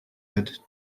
head